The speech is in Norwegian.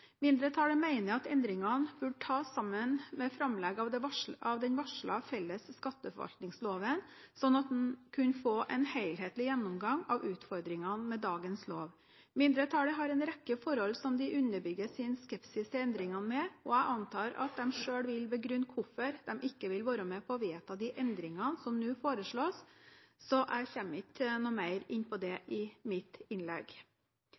Mindretallet mener at endringene burde tas sammen med framlegg av den varslede felles skatteforvaltningsloven, sånn at man kunne få en helhetlig gjennomgang av utfordringene med dagens lov. Mindretallet har en rekke forhold som de underbygger sin skepsis til endringene med. Jeg antar at de selv vil begrunne hvorfor de ikke vil være med på å vedta de endringene som nå foreslås, så jeg kommer ikke mer inn på det i mitt innlegg.